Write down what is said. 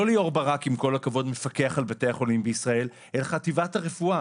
לא ליאור ברק עם כל הכבוד מפקח על בתי החולים בישראל אלא חטיבת הרפואה.